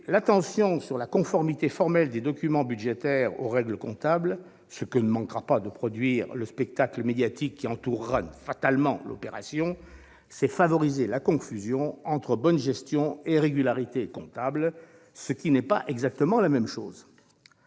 l'attention sur la conformité formelle des documents budgétaires aux règles comptables, ce que ne manquera pas de produire le spectacle médiatique qui entourera fatalement l'opération, c'est favoriser la confusion entre bonne gestion et régularité comptable, qui ne sont pas les mêmes choses.